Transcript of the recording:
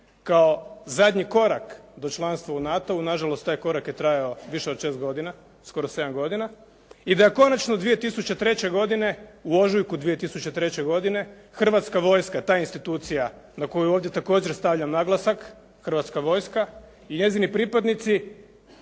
kao zadnji korak do članstva u NATO-u. Na žalost taj korak je trajao više od 6 godina, skoro 7 godina i da je konačno 2003. godine, u ožujku 2003. godine Hrvatska vojska, ta institucija na koju ovdje također stavljam naglasak Hrvatska vojska i njezini pripadnici